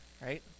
right